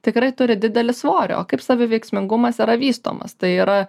tikrai turi didelį svorį o kaip saviveiksmingumas yra vystomas tai yra